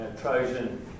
Trojan